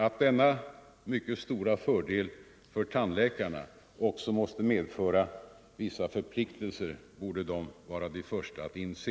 Att denna mycket stora fördel för tandläkarna också måste med = för tandläkare, föra vissa förpliktelser borde tandläkarna vara de första att inse.